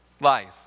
life